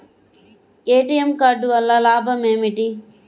ATM card వల్ల లాభం ఏమిటి?